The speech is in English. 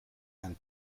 and